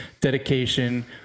dedication